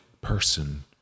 person